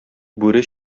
бүре